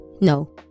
no